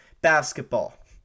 basketball